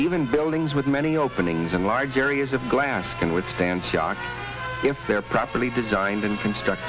even buildings with many openings and large areas of glass can withstand shock if they are properly designed and construct